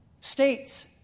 States